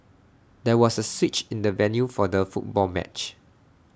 there was A switch in the venue for the football match